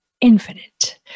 infinite